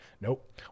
Nope